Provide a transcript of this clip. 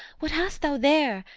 what hast thou there?